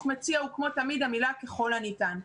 מציע הוא כמו תמיד המילה "ככל הניתן".